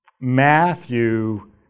Matthew